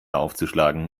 aufzuschlagen